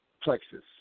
plexus